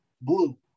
Blue